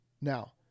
Now